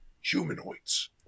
humanoids